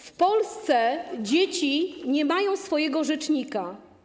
W Polsce dzieci nie mają swojego rzecznika.